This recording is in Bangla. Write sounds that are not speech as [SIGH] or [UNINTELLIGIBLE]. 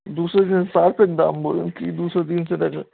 দুশো কি [UNINTELLIGIBLE] দাম বলুন কি দুশো তিনশো টাকা